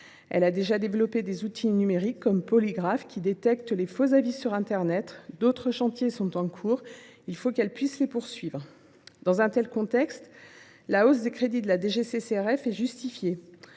Elle a déjà développé des outils numériques comme Polygraphe, qui détecte les faux avis sur internet. D’autres chantiers sont en cours et il faut qu’elle puisse les poursuivre. Dans un tel contexte, la hausse des crédits de cette direction est justifiée.